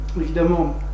évidemment